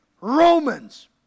Romans